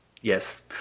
yes